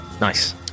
Nice